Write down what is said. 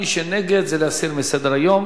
מי שנגד, זה להסיר מסדר-היום.